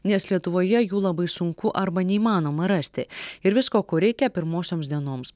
nes lietuvoje jų labai sunku arba neįmanoma rasti ir visko ko reikia pirmosioms dienoms